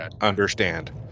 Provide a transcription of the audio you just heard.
understand